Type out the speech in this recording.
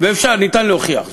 ואפשר להוכיח זאת.